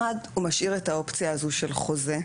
אחת, הוא משאיר את האופציה הזו של חוזה,